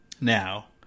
now